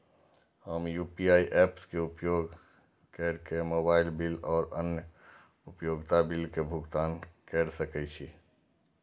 हम UPI apps के उपयोग केर के मोबाइल बिल और अन्य उपयोगिता बिल के भुगतान केर सके छी